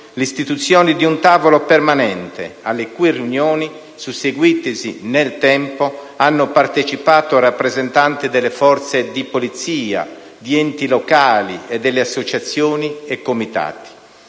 l'istituzione di un tavolo permanente, alle cui riunioni, susseguitesi nel tempo, hanno partecipato rappresentanti delle forze di polizia, di enti locali, associazioni e comitati.